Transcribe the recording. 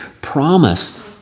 promised